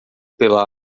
pela